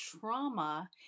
trauma